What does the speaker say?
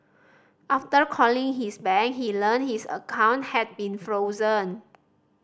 after calling his bank he learnt his account had been frozen